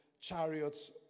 chariots